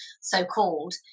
so-called